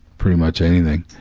pretty much anything,